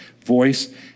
voice